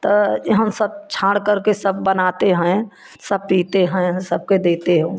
तो एहन सब छाँड़ करके सब बनाते हैं सब पीते हैं सबके देती हूँ